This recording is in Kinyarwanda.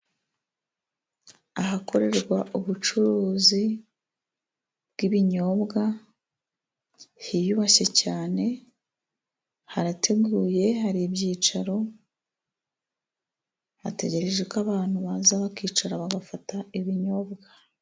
Ahakorerwa ubucuruzi bw'ibinyobwa hiyubashye cyane harateguye hari ibyicaro hategereje ko abantu baza bakicara bagafata ibinyobwa.